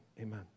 amen